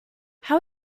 how